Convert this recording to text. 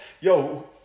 Yo